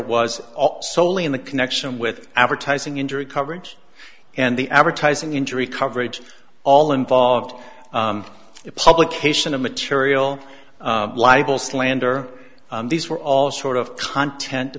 was soley in the connection with advertising injury coverage and the advertising injury coverage all involved the publication of material libel slander these were all sort of content